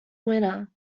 winner